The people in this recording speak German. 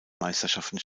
meisterschaften